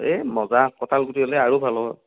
এ মজা কঁঠাল গুটি হ'লে আৰু ভাল হ'ব